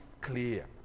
clear